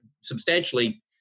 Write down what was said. substantially